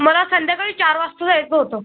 मला संध्याकाळी चार वाजता जायचं होतं